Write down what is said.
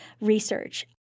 Research